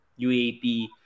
UAP